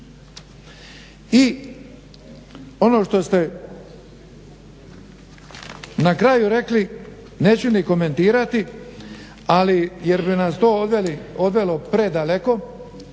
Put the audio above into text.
I ono što ste na kraju rekli neću ni komentirati, ali jer bi nas to odvelo predaleko.